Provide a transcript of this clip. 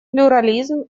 плюрализм